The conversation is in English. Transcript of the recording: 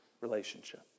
relationship